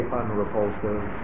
unrepulsive